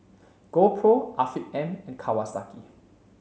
GoPro Afiq M and Kawasaki